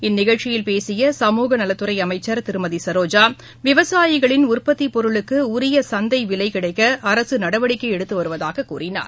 இந்நிகழ்ச்சியில் பேசிய சமூகநலத்துறை அமைச்சர் திருமதி சரோஜா விவசாயிகளின் உற்பத்திப் பொருளுக்கு உரிய சந்தை விலை கிடைக்க அரசு நடவடிக்கை எடுத்து வருவதாகக் கூறினார்